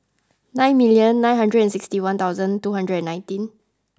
nine million nine hundred and sixty one thousand two hundred and nineteen